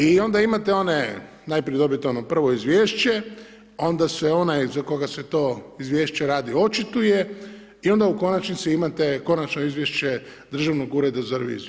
I onda imate one, najprije dobite ono prvo izvješće, onda se onaj za koga se to izvješće radi, očituje i onda u konačnici imate konačno izvješće Državnog ureda za reviziju.